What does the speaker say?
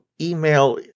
email